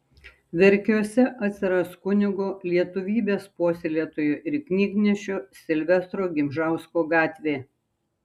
verkiuose atsiras kunigo lietuvybės puoselėtojo ir knygnešio silvestro gimžausko gatvė